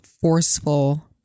forceful